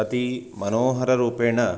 अति मनोहररूपेण